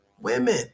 Women